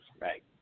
Right